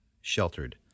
Sheltered